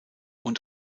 und